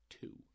two